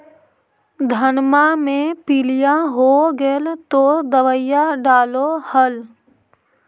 धनमा मे पीलिया हो गेल तो दबैया डालो हल?